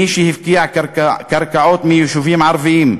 מי שהפקיע קרקעות של יישובים ערביים,